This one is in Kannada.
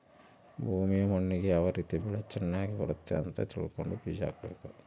ಭೂಮಿಯ ಮಣ್ಣಿಗೆ ಯಾವ ರೀತಿ ಬೆಳೆ ಚನಗ್ ಬರುತ್ತೆ ಅಂತ ತಿಳ್ಕೊಂಡು ಬೀಜ ಹಾಕಬೇಕು